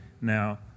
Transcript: Now